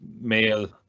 mail